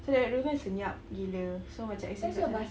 so the road dulu kan senyap gila so macam accident